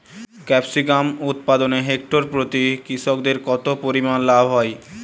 Capsicum উৎপাদনে hectare প্রতি কৃষকের কত পরিমান লাভ হয়?